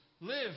live